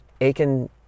Aiken